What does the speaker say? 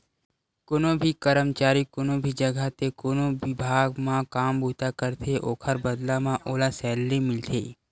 कोनो भी करमचारी कोनो भी जघा ते कोनो बिभाग म काम बूता करथे ओखर बदला म ओला सैलरी मिलथे